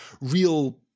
real